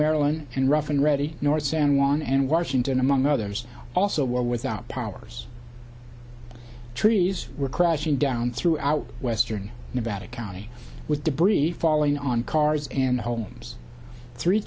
maryland and rough and ready north san juan and washington among others also without powers trees were crashing down throughout western nevada county with debris falling on cars and homes three